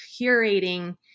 curating